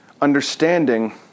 understanding